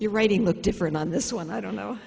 your writing look different on this one i don't know